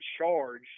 charge